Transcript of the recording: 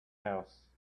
house